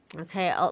Okay